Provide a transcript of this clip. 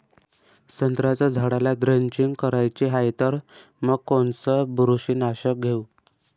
संत्र्याच्या झाडाला द्रेंचींग करायची हाये तर मग कोनच बुरशीनाशक घेऊ?